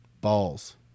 balls